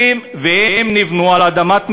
והם נבנו על אדמת מדינה,